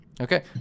Okay